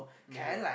yeah